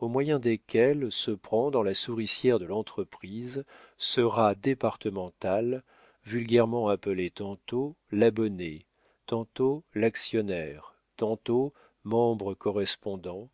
au moyen desquels se prend dans la souricière de l'entreprise ce rat départemental vulgairement appelé tantôt l'abonné tantôt l'actionnaire tantôt membre correspondant